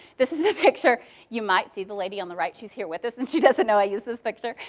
this is a picture you might see the lady on the right. she's here with us and she doesn't know i use this picture.